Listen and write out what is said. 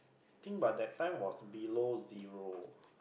think but that time was below zero